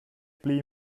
pli